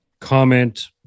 comment